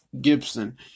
Gibson